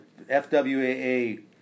FWAA